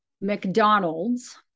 McDonald's